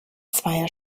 zweier